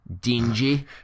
Dingy